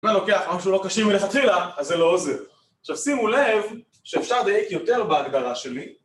אני אני לוקח משהו לא כשיר מלכתחילה אז זה לא עוזר. עכשיו שימו לב שאפשר לדייק יותר בהגדרה שלי